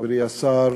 חברי השר,